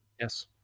Yes